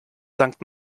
sankt